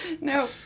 no